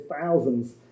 thousands